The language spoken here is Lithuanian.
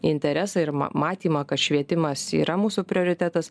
interesą ir matymą kad švietimas yra mūsų prioritetas